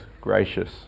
Gracious